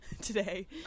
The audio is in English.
today